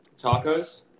tacos